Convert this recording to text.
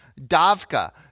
Davka